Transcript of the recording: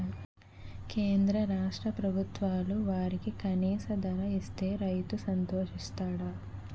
కేంద్ర రాష్ట్ర ప్రభుత్వాలు వరికి కనీస ధర ఇస్తే రైతు సంతోషిస్తాడు